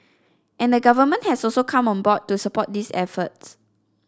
and the Government has also come on board to support these efforts